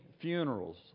funerals